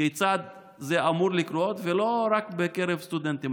כיצד זה אמור לקרות, ולא רק בקרב סטודנטים.